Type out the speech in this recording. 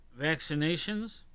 vaccinations